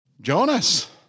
Jonas